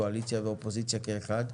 קואליציה ואופוזיציה כאחד.